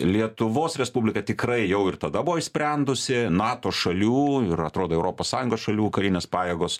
lietuvos respublika tikrai jau ir tada buvo išsprendusi nato šalių ir atrodo europos sąjungos šalių karinės pajėgos